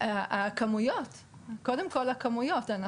קודם כול הכמויות.